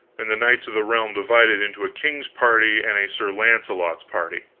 and the knights of the realm divided into a king's party and a sir launcelot's party.